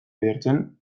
edertzen